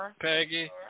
Peggy